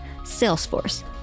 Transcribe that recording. Salesforce